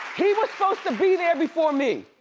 he was supposed to be there before me.